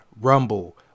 rumble